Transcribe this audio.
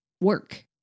work